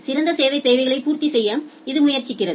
சிறந்த சேவை தேவைகளை பூர்த்தி செய்ய இது முயற்சிக்கிறது